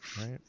Right